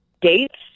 dates